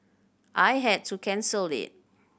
I had to cancel it